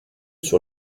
sur